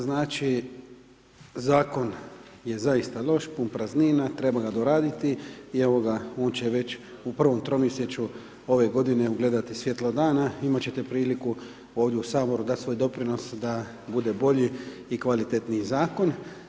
Znači zakon je zaista loš, pun praznina, treba ga doraditi i evo ga, on će već u prvom tromjesečju ove godine ugledati svjetlo dana, imat ćete priliku ovdje u Sabu dat svoj doprinos da bude bolje i kvalitetniji zakon.